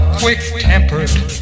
quick-tempered